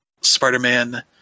Spider-Man